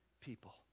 people